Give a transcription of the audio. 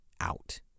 out